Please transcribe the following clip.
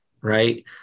right